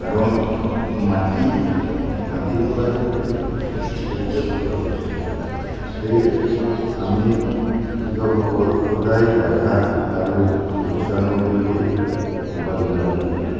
কাৰণ মাটি মাটিৰ পৰাহে খাদ্য উৎপাদন হয় সেয়ে আমি কৃষকসকল সদায় বাধা আৰু লোকচানৰ সৈতে মোকাবিলা হৈ থাকো